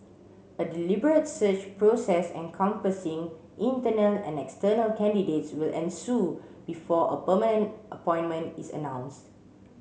a deliberate search process encompassing internal and external candidates will ensue before a permanent appointment is announced